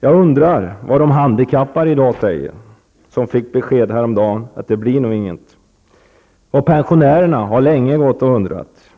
Jag undrar vad de handikappade säger i dag som häromdagen fick besked om att det inte blir någonting. Pensionärerna har länge gått och undrat